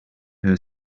her